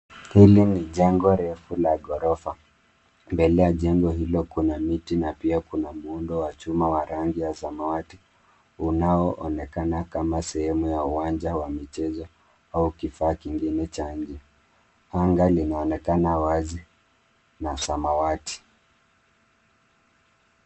Hili ni jengo refu la ghorofa. Mbele ya jengo hili kuna miti na pia kuna muundo wa chuma wa rangi ya samawati unaoonekana kama sehemu ya uwanja wa michezo au kifaa kingine cha nje. Anga linaonekana wazi na samawati.